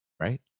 Right